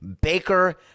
Baker